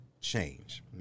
change